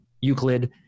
Euclid